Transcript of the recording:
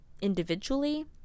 individually